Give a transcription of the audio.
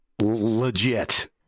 Legit